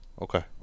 Okay